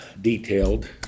detailed